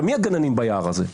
מי הגננים ביער הזה?